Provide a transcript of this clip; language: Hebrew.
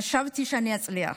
חשבתי שאני אצליח.